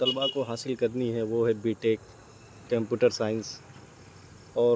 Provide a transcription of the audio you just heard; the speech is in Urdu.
طلبا کو حاصل کرنی ہیں وہ ہے بی ٹیک کمپیوٹر سائنس اور